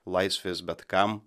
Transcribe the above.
laisvės bet kam